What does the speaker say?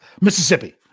Mississippi